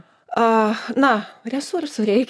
a na resursų reikia